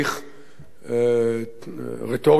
רטוריקה טובה.